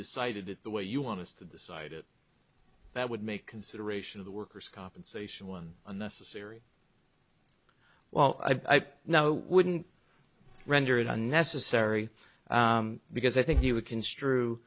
decided it the way you want us to decide it that would make consideration of the workers compensation one unnecessary well i know wouldn't render it unnecessary because i think you would construe